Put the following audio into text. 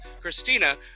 Christina